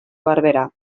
barberà